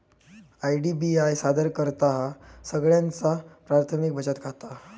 IDBI सादर करतहा सगळ्यांचा प्राथमिक बचत खाता